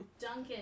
Duncan